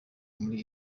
muri